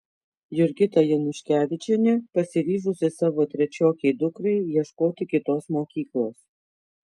jurgita januškevičienė pasiryžusi savo trečiokei dukrai ieškoti kitos mokyklos